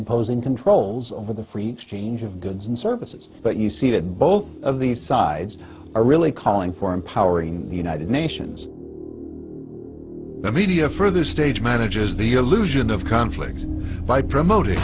imposing controls over the free exchange of goods and services but you see that both of these sides are really calling for empowering the united nations the media further stage manages the allusion of conflicts by promot